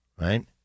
Right